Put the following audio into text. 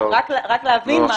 רק להבין מה זה.